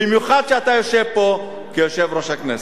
במיוחד כשאתה יושב פה כיושב-ראש הכנסת.